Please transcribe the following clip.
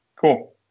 cool